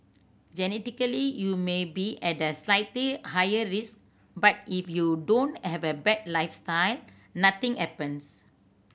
genetically you may be at a slightly higher risk but if you don't have a bad lifestyle nothing happens